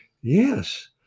Yes